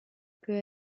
peut